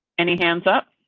any hands up